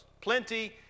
plenty